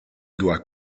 doit